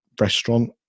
restaurant